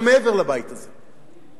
גם מעבר לבית הזה.